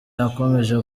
yakomeje